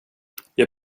jag